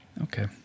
Okay